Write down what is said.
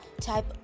type